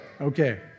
Okay